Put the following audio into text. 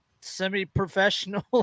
semi-professional